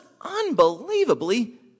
unbelievably